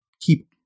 keep